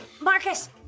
Marcus